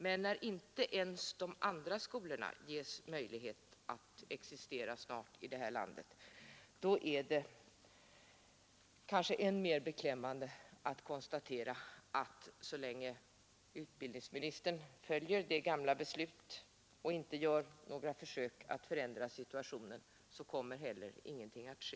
Men när inte ens de andra skolorna ges möjlighet att existera i det här landet är det kanske än mer beklämmande att nödgas konstatera, att så länge utbildningsministern följer det gamla beslutet och inte gör några försök att förändra situationen kommer heller ingenting att ske.